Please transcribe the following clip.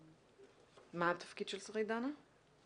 מה התפקיד של שרית דנה?